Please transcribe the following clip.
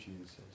Jesus